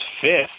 fifth